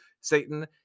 Satan